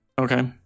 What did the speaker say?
okay